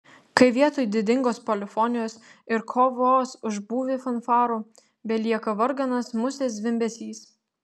kai vietoj didingos polifonijos ir kovos už būvį fanfarų belieka varganas musės zvimbesys